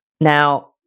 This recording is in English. Now